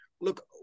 look